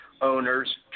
owners